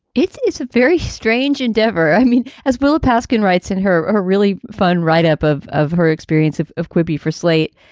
it's it's a very strange endeavor. i mean, as willa paskin writes in her her really fun write up of of her experience of of quippy for slate,